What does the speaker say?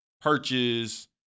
purchase